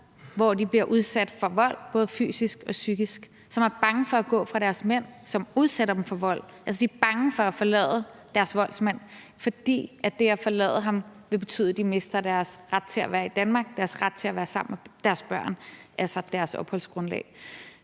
hvor de bliver udsat for vold, både fysisk og psykisk. Det er kvinder, som er bange for at gå fra deres mænd, som udsætter dem for vold, altså de er bange for at forlade deres voldsmand, fordi det at forlade ham vil betyde, at de mister deres ret til at være i Danmark, deres ret til at være sammen med deres børn, altså deres opholdsgrundlag.